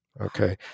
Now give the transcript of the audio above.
okay